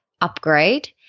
upgrade